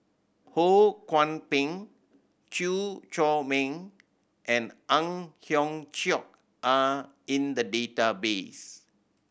Ho Kwon Ping Chew Chor Meng and Ang Hiong Chiok are in the database